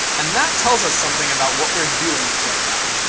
and that tells us something about what we're doing to our data.